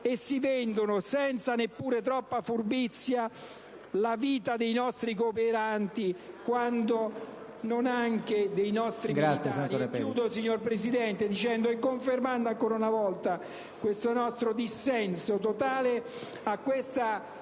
e vendono, senza neppure troppa furbizia, la vita dei nostri cooperanti, quando non anche dei nostri militari. Signor Presidente, concludo confermando ancora una volta questo nostro dissenso totale a questo